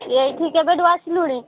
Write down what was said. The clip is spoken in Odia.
ଏଇଠି କେବେଠୁ ଆସିଲୁଣି